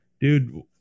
dude